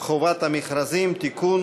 חובת המכרזים (תיקון,